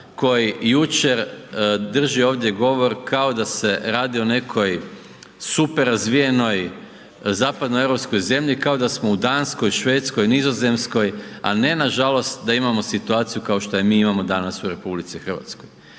koji jučer drži ovdje govor kao da se radi o nekoj super razvijenoj zapadno europskoj zemlji kao da smo u Danskoj, Švedskoj, Nizozemskoj a ne nažalost da imamo situaciju kao što je mi imamo danas u RH.